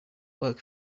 work